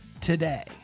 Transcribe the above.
today